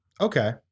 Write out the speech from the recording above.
Okay